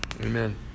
Amen